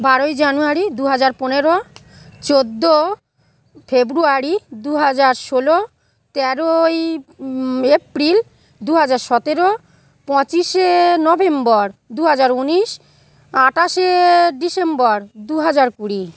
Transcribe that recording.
বারোই জানুয়ারি দু হাজার পনেরো চৌদ্দ ফেব্রুয়ারি দু হাজার ষোলো তেরোই এপ্রিল দু হাজার সতেরো পঁচিশে নভেম্বর দু হাজার উনিশ আটাশে ডিসেম্বর দু হাজার কুড়ি